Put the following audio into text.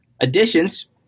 Additions